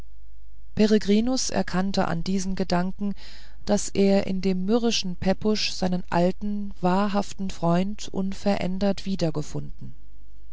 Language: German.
erkannte an diesen gedanken daß er in dem mürrischen pepusch seinen alten wahrhaften freund unverändert wiedergefunden